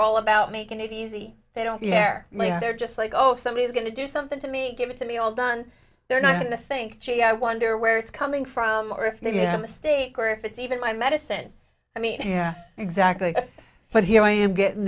all about making it easy they don't care they're just like oh if somebody is going to do something to me give it to me all done they're not going to think gee i wonder where it's coming from or if they have a steak or if it's even my medicine i mean yeah exactly but here i am getting